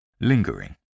Lingering